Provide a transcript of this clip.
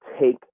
take